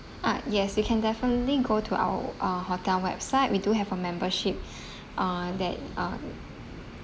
ah yes you can definitely go to our uh hotel website we do have a membership uh that uh